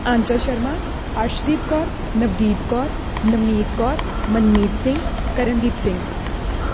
Anchal Sharma Arshdeep Kaur Navdeep Kaur Navneet Kaur Manmeet Singh Karandeep Singh